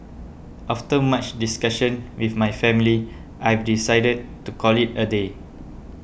after much discussion with my family I've decided to call it a day